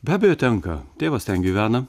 be abejo tenka tėvas ten gyvena